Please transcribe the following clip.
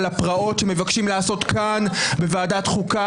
לפרעות שמבקשים לעשות כאן בוועדת החוקה,